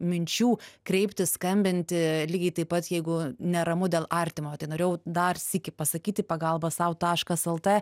minčių kreiptis skambinti lygiai taip pat jeigu neramu dėl artimo tai norėjau dar sykį pasakyti pagalba sau taškas lt